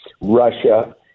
Russia